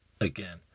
Again